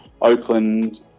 Oakland